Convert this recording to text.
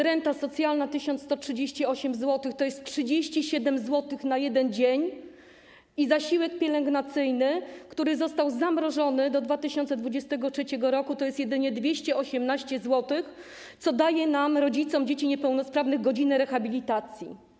Renta socjalna to 1138 zł - to jest 37 zł na jeden dzień - i zasiłek pielęgnacyjny, który został zamrożony do 2023 r., to jedynie 218 zł, co daje nam, rodzicom dzieci niepełnosprawnych, godzinę rehabilitacji.